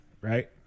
right